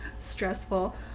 stressful